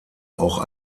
auch